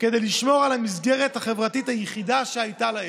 כדי לשמור על המסגרת החברתית היחידה שהייתה להם.